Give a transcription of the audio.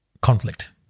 conflict